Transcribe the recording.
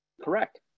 Correct